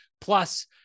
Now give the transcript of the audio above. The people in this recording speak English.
plus